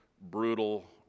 brutal